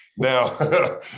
Now